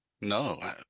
No